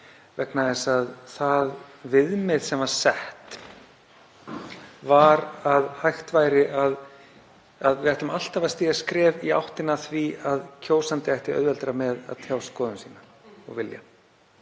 vegna þess að það viðmið sem var sett var að við ættum alltaf að stíga skref í áttina að því að kjósandi ætti auðveldara með að tjá skoðun sína og vilja.